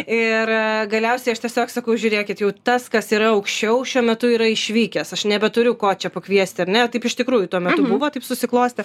ir galiausiai aš tiesiog sakau žiūrėkit jau tas kas yra aukščiau šiuo metu yra išvykęs aš nebeturiu ko čia pakviesti ar ne taip iš tikrųjų tuo metu buvo taip susiklostė